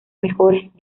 mejores